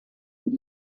und